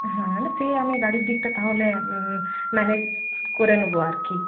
হ্যাঁ না সে আমি গাড়ির দিকটা তাহলে ম্যানেজ করে নেব আর কি